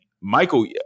Michael